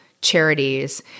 charities